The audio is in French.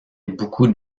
beaucoup